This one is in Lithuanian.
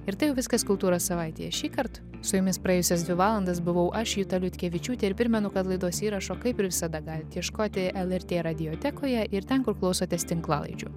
ir tai jau viskas kultūros savaitėje šįkart su jumis praėjusias dvi valandas buvau aš juta liutkevičiūtė ir primenu kad laidos įrašo kaip ir visada galit ieškoti lrt radiotekoje ir ten kur klausotės tinklalaidžių